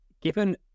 given